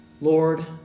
Lord